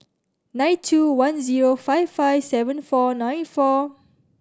nine two one zero five five seven four nine four